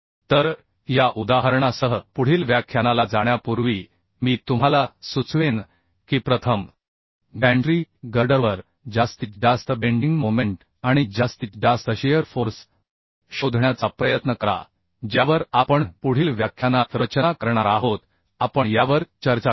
तर या उदाहरणासह पुढील व्याख्यानाला जाण्यापूर्वी मी तुम्हाला सुचवेन की प्रथम गॅन्ट्री गर्डरवर जास्तीत जास्त बेंडिंग मोमेंट आणि जास्तीत जास्त शिअर फोर्स शोधण्याचा प्रयत्न करा ज्यावर आपण पुढील व्याख्यानात रचना करणार आहोत आपण यावर चर्चा करू